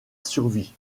survie